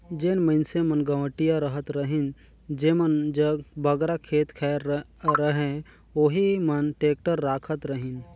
जेन मइनसे मन गवटिया रहत रहिन जेमन जग बगरा खेत खाएर रहें ओही मन टेक्टर राखत रहिन